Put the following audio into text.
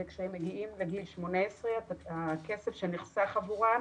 מגיעים לגיל 18 הכסף שנחסך עבורם